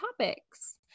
topics